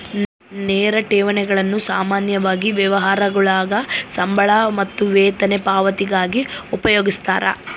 ನೇರ ಠೇವಣಿಗಳನ್ನು ಸಾಮಾನ್ಯವಾಗಿ ವ್ಯವಹಾರಗುಳಾಗ ಸಂಬಳ ಮತ್ತು ವೇತನ ಪಾವತಿಗಾಗಿ ಉಪಯೋಗಿಸ್ತರ